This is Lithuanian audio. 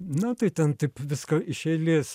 na tai ten taip viską iš eilės